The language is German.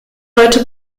heute